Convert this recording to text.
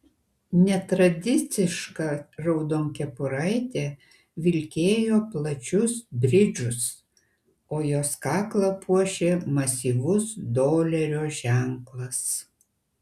netradiciška raudonkepuraitė vilkėjo plačius bridžus o jos kaklą puošė masyvus dolerio ženklas